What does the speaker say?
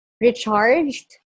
recharged